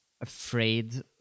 afraid